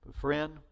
friend